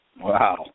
Wow